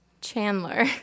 Chandler